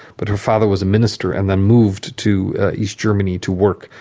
but her father was a minister and then moved to east germany to work,